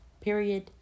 period